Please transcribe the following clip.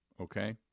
okay